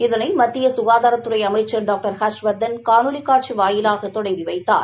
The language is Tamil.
இதனை மத்திய ககாதாரத்துறை அமைச்சர் டாக்டர் ஹர்ஷவர்தன் காணொலி காட்சி வாயிலாக தொடங்கி வைத்தார்